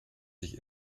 sich